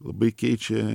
labai keičia